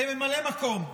לממלא מקום.